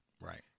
right